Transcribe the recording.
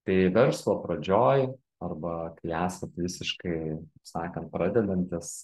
tai verslo pradžioj arba kai esat visiškai taip sakant pradedantis